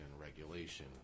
regulation